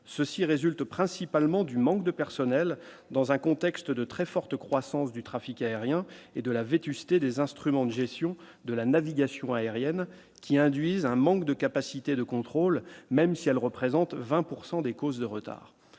ceci résulte principalement du manque de personnel dans un contexte de très forte croissance du trafic aérien et de la vétusté des instruments de gestion de la navigation aérienne qui induisent un manque de capacité de contrôle, même si elles représentent 20 pourcent des causes de retard,